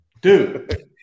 Dude